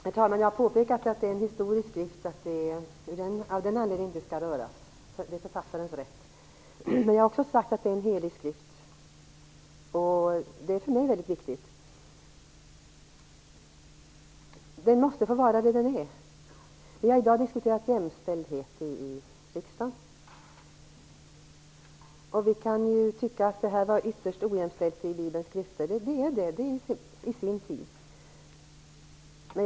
Herr talman! Jag har påpekat att det är en historisk skrift och att den av den anledningen inte skall röras. Det är författarens rätt. Jag har också sagt att det är en helig skrift. Det är för mig väldigt viktigt. Den måste få vara det den är. Vi har i dag diskuterat jämställdhet i riksdagen. Vi kan tycka att det är ytterst ojämställt i Bibelns skrifter, och så är det ju. Men så var det på den tiden.